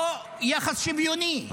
או יחס שוויוני,